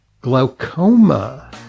glaucoma